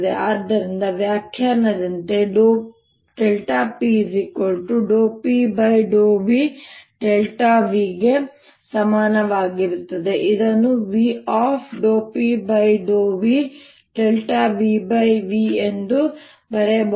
ಆದ್ದರಿಂದ ವ್ಯಾಖ್ಯಾನದಂತೆ p∂P∂VV ಗೆ ಸಮಾನವಾಗಿರುತ್ತದೆ ನಾನು ಇದನ್ನು V∂P∂VVV ಎಂದು ಬರೆಯಬಹುದು